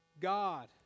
God